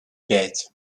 пять